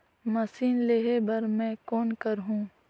Machine लेहे बर मै कौन करहूं?